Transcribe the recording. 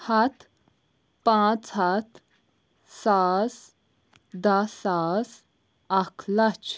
ہََتھ پانٛژھ ہََتھ ساس دَہ ساس اَکھ لَچھ